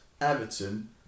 Everton